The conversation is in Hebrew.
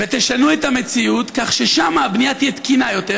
ותשנו את המציאות כך ששם הבנייה תהיה תקינה יותר,